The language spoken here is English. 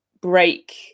break